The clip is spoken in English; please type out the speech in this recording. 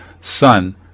son